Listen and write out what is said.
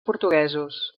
portuguesos